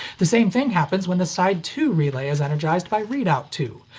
the same thing happens when the side two relay is energized by readout two,